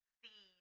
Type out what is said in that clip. see